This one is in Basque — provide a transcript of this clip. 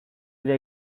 dira